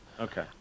okay